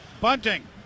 Bunting